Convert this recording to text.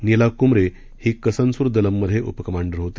नीला कुमरे ही कसनसूर दलममध्ये उपकमांडर होती